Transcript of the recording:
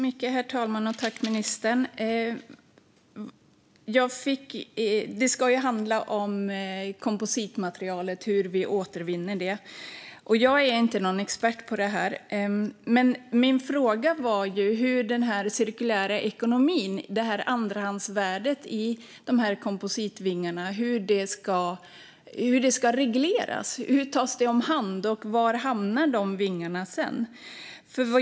Herr talman! Tack, ministern, för svaret! Nu ska ju debatten handla om kompositmaterialet och hur vi återvinner det. Jag är ingen expert på detta. Men min fråga var hur den cirkulära ekonomin och andrahandsvärdet i kompositvingarna ska regleras. Hur tas det om hand, och var hamnar vingarna sedan?